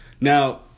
Now